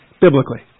Biblically